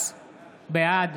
בעד